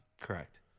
Correct